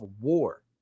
war